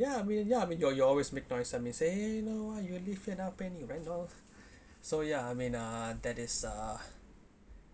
ya I mean ya you're you're always make noise I mean say know what you live it up and you ran off so ya I mean uh that is uh